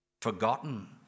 forgotten